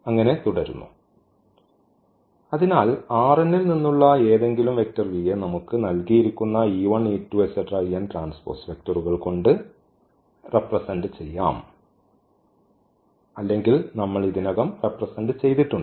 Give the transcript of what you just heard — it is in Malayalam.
അങ്ങനെ തുടരുന്നു അതിനാൽ ഈ ൽ നിന്നുള്ള ഏതെങ്കിലും വെക്റ്റർ v യെ നമുക്ക് നൽകിയിരിക്കുന്ന വെക്ടറുകൾ കൊണ്ട് റെപ്രെസെന്റ് ചെയ്യാം അല്ലെങ്കിൽ നമ്മൾ ഇതിനകം റെപ്രെസെന്റ് ചെയ്തിട്ടുണ്ട്